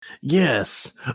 Yes